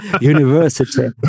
university